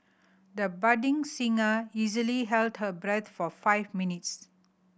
the budding singer easily held her breath for five minutes